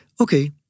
okay